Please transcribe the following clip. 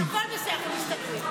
שהיה פה, ולא התאפשר לי,